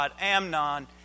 Amnon